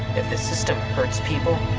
if the system hurts people.